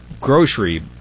grocery